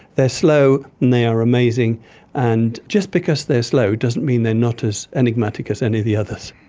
they are slow and they are amazing and just because they are slow doesn't mean they are not as enigmatic as any of the others.